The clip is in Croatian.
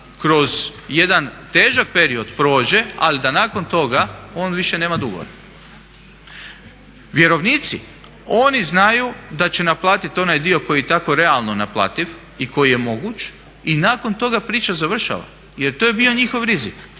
kroz jedan težak period prođe, ali da nakon toga on više nema dugova. Vjerovnici, oni znaju da će naplatit onaj dio koji je tako realno naplativ i koji je moguć i nakon toga priča završava jer to je bio njihov rizik.